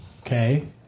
Okay